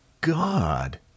God